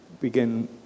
begin